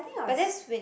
but that's when